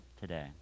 today